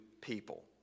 people